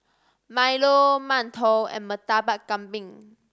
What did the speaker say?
milo mantou and Murtabak Kambing